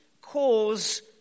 cause